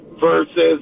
versus